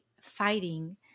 fighting